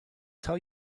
tell